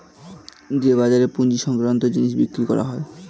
যে বাজারে পুঁজি সংক্রান্ত জিনিস বিক্রি হয়